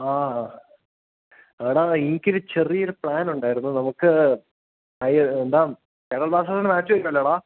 ആ എടാ എനിക്കൊരു ചെറിയൊരു പ്ലാനുണ്ടായിരുന്നു നമുക്ക് എന്താണ് കേരള ബ്ലാസ്റ്റേഴ്സിൻ്റെ മാച്ച് വരുന്നില്ലേടാ